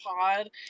pod